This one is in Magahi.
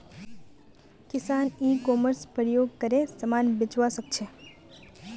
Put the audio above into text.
किसान ई कॉमर्स प्रयोग करे समान बेचवा सकछे